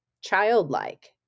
childlike